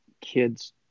kids